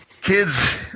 kids